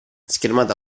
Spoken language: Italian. schermata